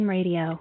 Radio